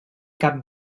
cap